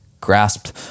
grasped